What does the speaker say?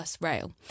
rail